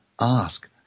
ask